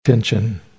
...attention